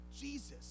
Jesus